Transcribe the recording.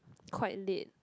quite late